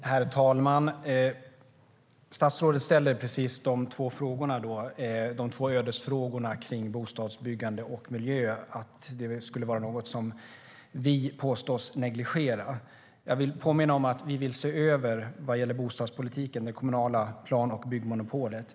Herr talman! Statsrådet ställer de två ödesfrågorna kring bostadsbyggande och miljö och påstår att det är något som vi negligerar. Jag vill påminna om att vad gäller bostadspolitiken vill vi se över det kommunala plan och byggmonopolet.